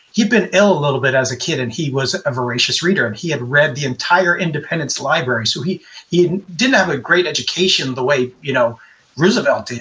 he'd been ill a little bit as a kid and he was a voracious reader. and he had read the entire independence library. so he he didn't didn't have a great education the way you know roosevelt did,